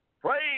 Praise